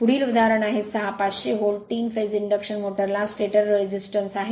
पुढील उदाहरण आहे 6 500 व्होल्ट 3 फेज इंडक्शन मोटरला स्टॅटर प्रतिबाधा आहे